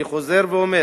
אני חוזר ואומר